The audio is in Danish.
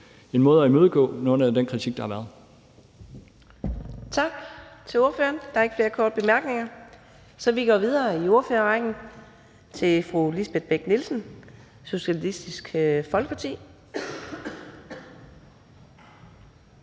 Fjerde næstformand (Karina Adsbøl): Tak til ordføreren. Der er ikke flere korte bemærkninger, så vi går videre i ordførerrækken til fru Lisbeth Bech-Nielsen, Socialistisk Folkeparti.